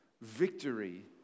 victory